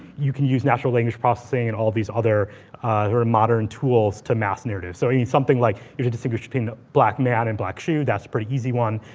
you can use natural language processing, and all these other or modern tools to masked narrative. so in something like, you should distinguish between black man and black shoe, that's pretty easy one.